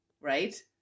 right